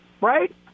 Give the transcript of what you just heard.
Right